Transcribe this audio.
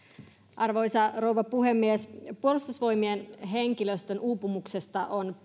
arvoisa rouva puhemies puolustusvoimien henkilöstön uupumuksesta on